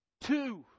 Two